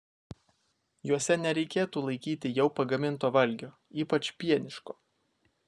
juose nereikėtų laikyti jau pagaminto valgio ypač pieniško